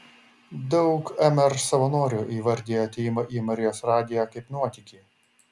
daug mr savanorių įvardija atėjimą į marijos radiją kaip nuotykį